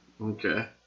Okay